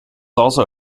also